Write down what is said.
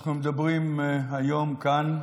אנחנו מדברים היום, כאן,